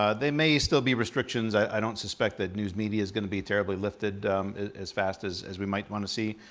ah there may still be restrictions. i don't suspect that news media's gonna be terribly lifted as fast as as we might wanna see.